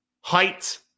Height